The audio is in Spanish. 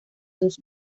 dos